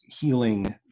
healing